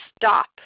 stop